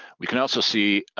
we can also see